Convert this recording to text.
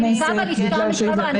אם הייתה תקנה היה עליה